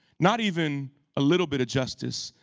not even a little bit of justice.